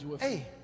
Hey